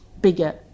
bigger